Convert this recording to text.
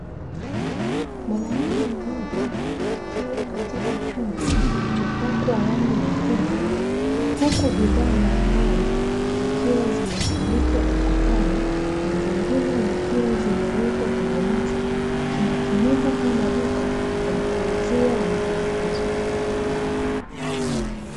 Mwanamke mmoja akiwa katika chumba kilichopakwa rangi nyekundu, huku bidhaa mbalimbali zikiwa zimetundikwa ukutani, na zingine zikiwa zimewekwa kwenye meza, kinatumika kama duka la kuuzia bidhaa hizo .